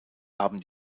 haben